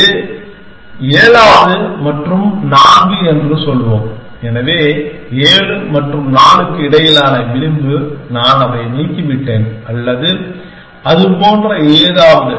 எனவே ஏழாவது மற்றும் நான்கு என்று சொல்வோம் எனவே 7 மற்றும் 4 க்கு இடையிலான விளிம்பு நான் அதை நீக்கிவிட்டேன் அல்லது அது போன்ற ஏதாவது